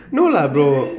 no lah bro